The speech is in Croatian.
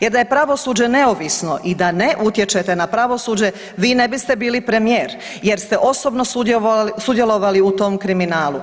Jer da je pravosuđe neovisno i da ne utječete na pravosuđe vi ne biste bili premijer, jer ste osobno sudjelovali u tom kriminalu.